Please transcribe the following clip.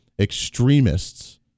extremists